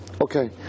Okay